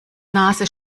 nase